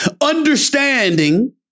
understanding